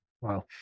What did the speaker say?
Wow